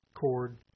cord